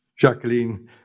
Jacqueline